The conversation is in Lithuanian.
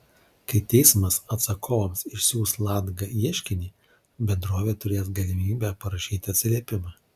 kai teismas atsakovams išsiųs latga ieškinį bendrovė turės galimybę parašyti atsiliepimą